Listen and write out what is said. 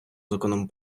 законом